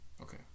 Okay